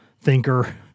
thinker